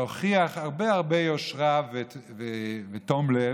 שהוכיח הרבה הרבה יושרה ותום לב,